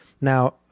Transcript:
Now